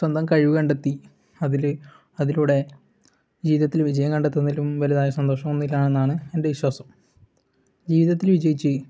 സ്വന്തം കഴിവ് കണ്ടെത്തി അതിൽ അതിലൂടെ ജീവിതത്തിൽ വിജയം കണ്ടെത്തുന്നതിലും വലുതായ സന്തോഷമൊന്നുമില്ലെന്നാണ് എൻ്റെ വിശ്വാസം ജീവിതത്തിൽ വിജയിച്ച്